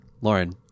lauren